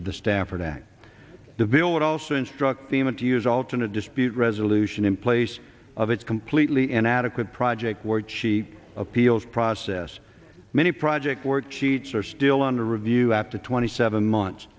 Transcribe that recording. of the stafford act the bill would also instruct the men to use alternate dispute resolution in place of its completely inadequate project where cheap appeals process many project work sheets are still under review after twenty seven months